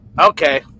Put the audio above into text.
Okay